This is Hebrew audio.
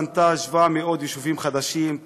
בנתה 700 יישובים חדשים,